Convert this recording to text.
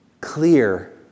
clear